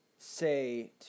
say